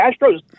Astros –